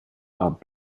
are